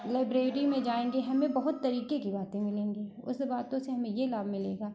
library में जाएंगे हमें बहुत तरीके की बातें मिलेगी उस बातों से हमें ये लाभ मिलेगा